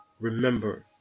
remember